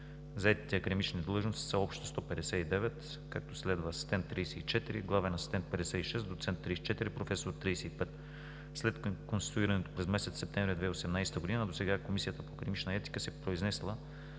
Заетите академични длъжности са общо 159, както следва: „асистент“ – 34, „главен асистент“ – 56, „доцент“ – 34, „професор“ – 35. След конституирането през месец септември 2018 г. досега Комисията по академична етика се е произнесла